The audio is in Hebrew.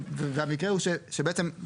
והמקרה הוא שבעצם,